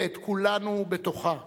ואת כולנו בתוכה.